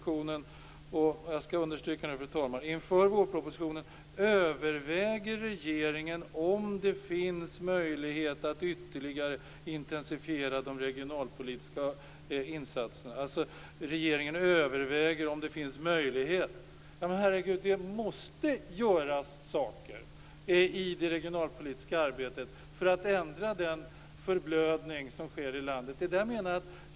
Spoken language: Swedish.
Inför vårpropositionen överväger regeringen om det finns möjlighet att ytterligare intensifiera de regionalpolitiska insatserna. Alltså: Regeringen överväger om det finns en möjlighet. Herregud! Det måste göras saker i det regionalpolitiska arbetet för att ända den förblödning som sker av landet.